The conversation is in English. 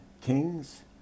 Kings